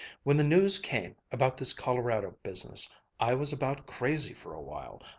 when the news came, about this colorado business i was about crazy for a while.